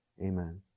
Amen